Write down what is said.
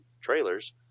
trailers